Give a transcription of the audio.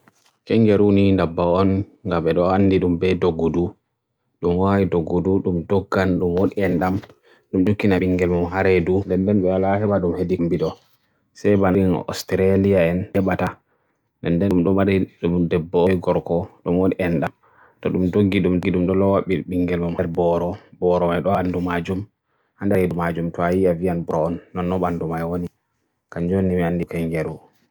Higo am a jamo ni, ko yanma, ga Alla ni yejjiti ko wakkani e inaare kugaal. Daman jonde non haani, ñyanndego belɗum, ñyanndego mone, wala ni fuf ko wala, ñyanndego komi salaato, hoccu munyal higo am, hoccu munyal.